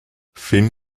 finn